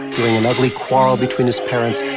during an ugly quarrel between his parents,